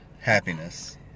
happiness